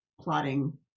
plotting